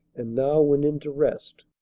and now went into rest.